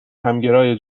همگرای